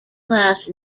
class